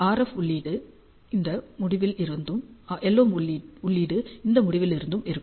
RF உள்ளீடு இந்த முடிவில் இருந்தும் LO உள்ளீடு இந்த முடிவில் இருந்தும் இருக்கும்